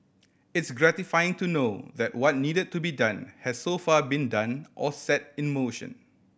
it's gratifying to know that what needed to be done has so far been done or set in motion